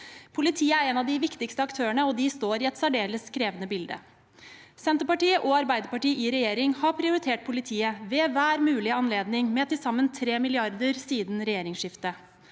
Politiet er en av de viktigste aktørene, og de står i et særdeles krevende bilde. Senterpartiet og Arbeiderpartiet i regjering har prioritert politiet ved hver mulige anledning og med til sammen 3 mrd. kr siden regjeringsskiftet.